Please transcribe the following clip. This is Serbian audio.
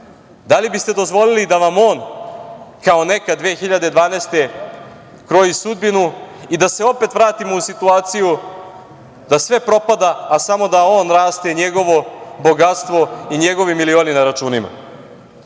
li biste dozvoli da vam on, kao nekad 2012. godine, kroji sudbinu i da se opet vratimo u situaciju da sve propada, a samo da on raste i njegovo bogatstvo i njegovi milioni na računima? Odbor